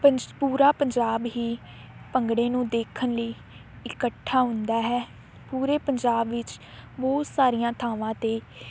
ਪੰਜ ਪੂਰਾ ਪੰਜਾਬ ਹੀ ਭੰਗੜੇ ਨੂੰ ਦੇਖਣ ਲਈ ਇਕੱਠਾ ਹੁੰਦਾ ਹੈ ਪੂਰੇ ਪੰਜਾਬ ਵਿੱਚ ਬਹੁਤ ਸਾਰੀਆਂ ਥਾਵਾਂ 'ਤੇ